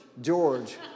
George